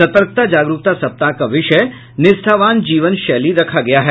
सतर्कता जागरूकता सप्ताह का विषय निष्ठावान जीवन शैली रखा गया है